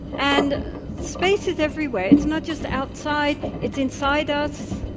and space is everywhere, it's not just outside, it's inside us,